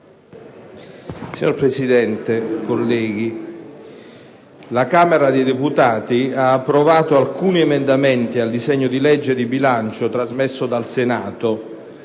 Signor Presidente, colleghi, la Camera dei deputati ha approvato alcuni emendamenti al disegno di legge di bilancio trasmesso dal Senato.